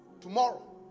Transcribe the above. Tomorrow